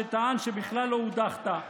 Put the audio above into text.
שטען שבכלל לא הודחת.